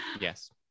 yes